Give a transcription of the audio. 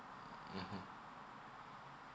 mm mmhmm